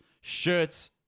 shirts